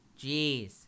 Jeez